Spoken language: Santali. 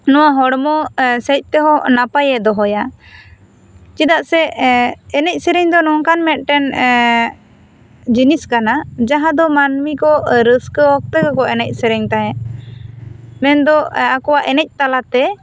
ᱱᱚᱣᱟ ᱦᱚᱲᱢᱚ ᱥᱮᱡ ᱛᱮᱦᱚᱸ ᱱᱟᱯᱟᱭᱮ ᱫᱚᱦᱚᱭᱟ ᱪᱮᱫᱟᱜ ᱥᱮ ᱮᱱᱮᱡ ᱥᱮᱨᱮᱧ ᱫᱚ ᱱᱚᱝᱠᱟᱱ ᱢᱮᱫ ᱴᱮᱱ ᱡᱤᱱᱤᱥ ᱠᱟᱱᱟ ᱡᱟᱦᱟᱸ ᱫᱚ ᱢᱟᱹᱱᱢᱤ ᱠᱚ ᱨᱟᱹᱥᱠᱟᱹ ᱚᱠᱛᱚ ᱜᱮᱠᱚ ᱮᱱᱮᱡ ᱥᱮᱨᱮᱧ ᱛᱟᱦᱮᱸᱜ ᱢᱮᱱ ᱫᱚ ᱟᱠᱚᱣᱟᱜ ᱮᱱᱮᱡ ᱛᱟᱞᱟ ᱛᱮ